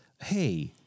hey—